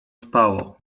spało